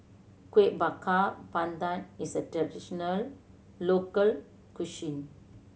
Kuih Bakar Pandan is a traditional local